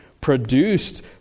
produced